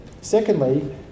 Secondly